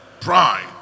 pride